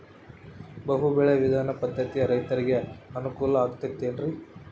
ಬಹು ಬೆಳೆ ವಿಧಾನ ಪದ್ಧತಿಯಿಂದ ರೈತರಿಗೆ ಅನುಕೂಲ ಆಗತೈತೇನ್ರಿ?